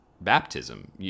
baptism